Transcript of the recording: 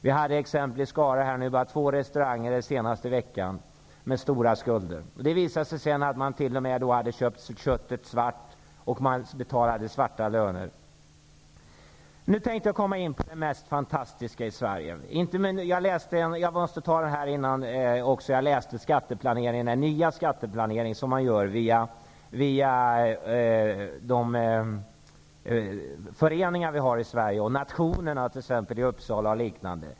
Vi har ett exempel i Skara med två restauranger med stora skulder. De hade t.o.m. köpt köttet svart och betalat svarta löner. Nu tänker jag komma in på det mest fantastiska i Sverige. Jag läste om den nya skatteplanering som föreningar och studentnationer i Uppsala har gjort.